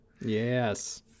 Yes